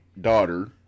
daughter